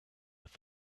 with